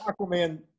Aquaman